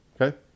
Okay